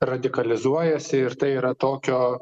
radikalizuojasi ir tai yra tokio